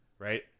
Right